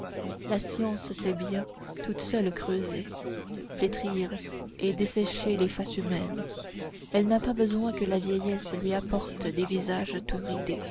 la science sait bien toute seule creuser flétrir et dessécher les faces humaines elle n'a pas besoin que la vieillesse lui apporte des visages tout ridés